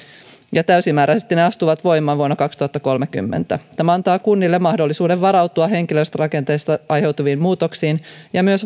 ja täysimääräisesti ne astuvat voimaan vuonna kaksituhattakolmekymmentä tämä antaa kunnille mahdollisuuden varautua henkilöstörakenteeseen aiheutuviin muutoksiin ja myös